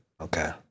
Okay